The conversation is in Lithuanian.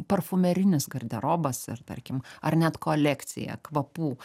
parfumerinis garderobas ir tarkim ar net kolekcija kvapų